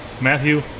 Matthew